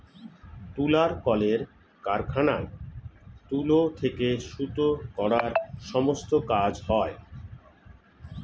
তুলার কলের কারখানায় তুলো থেকে সুতো করার সমস্ত কাজ হয়